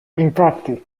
infatti